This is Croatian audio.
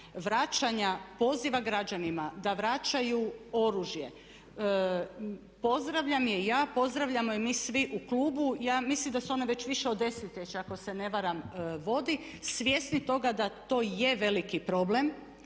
vraćanja, poziva građanima da vraćaju oružje, pozdravljam je i ja, pozdravljamo je mi svi u klubu. Ja mislim da se ona već više od desetljeća ako se ne varam vodi. Svjesni smo toga da to je veliki problem